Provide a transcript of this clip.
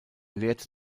lehrt